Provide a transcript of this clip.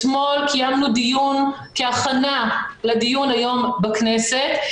אתמול קיימנו דיון כהכנה לדיון היום בכנסת,